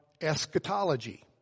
eschatology